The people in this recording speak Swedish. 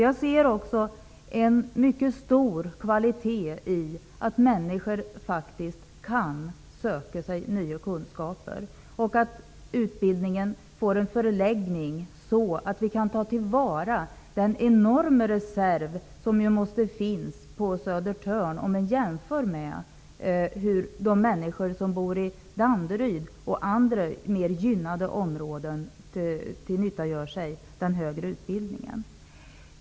Jag ser en stor kvalitetsaspekt i att människor kan söka sig nya kunskaper och att utbildningen får en förläggning så att vi kan ta till vara den enorma reserv som finns på Södertörn i jämförelse med hur människor som bor i Danderyd och andra gynnade områden drar nytta av den högre utbildningen.